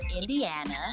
Indiana